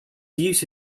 use